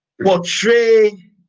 portray